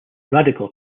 radical